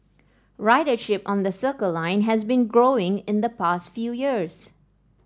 ridership on the Circle Line has been growing in the past few years